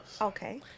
Okay